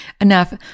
enough